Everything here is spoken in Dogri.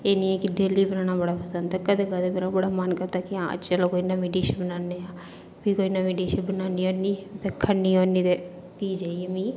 एह् नेईं ऐ कि डेली बनाना बड़ा पसंद ऐ कदें कदें मेरा बड़ा मन करदा हां कि अज्ज चलो कोई नमीं डिश बनान्ने आं फ्ही कोई नमीं डिश बनानी होन्नी ते खन्नी होन्नी ते फ्ही जाइयै मिगी